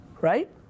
right